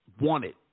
wanted